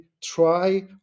try